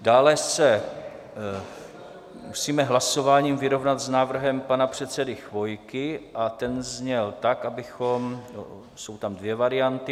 Dále se musíme hlasováním vyrovnat s návrhem pana předsedy Chvojky a ten zněl tak, abychom jsou tam dvě varianty.